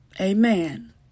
Amen